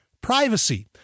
privacy